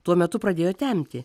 tuo metu pradėjo temti